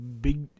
Big